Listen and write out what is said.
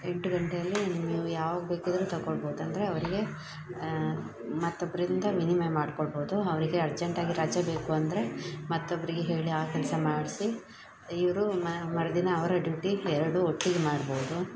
ಎಂಟು ಗಂಟೆಯಲ್ಲಿ ನಿಮ್ಮ ಇವು ಯಾವಾಗ ಬೇಕಿದ್ದರೂ ತಗೊಳ್ಬೋದು ಅಂದರೆ ಅವರಿಗೆ ಮತ್ತೊಬ್ಬರಿಂದ ವಿನಿಮಯ ಮಾಡಿಕೊಳ್ಬೋದು ಅವರಿಗೆ ಅರ್ಜೆಂಟಾಗಿ ರಜೆ ಬೇಕು ಅಂದರೆ ಮತ್ತೊಬ್ಬರಿಗೆ ಹೇಳಿ ಆ ಕೆಲಸ ಮಾಡಿಸಿ ಇವರು ಮರುದಿನ ಅವರ ಡ್ಯೂಟಿ ಎರಡೂ ಒಟ್ಟಿಗೆ ಮಾಡ್ಬೋದು